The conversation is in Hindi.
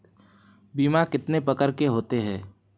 बीमा कितने प्रकार के होते हैं?